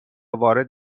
وارد